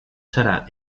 serà